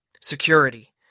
Security